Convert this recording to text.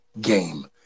game